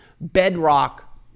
bedrock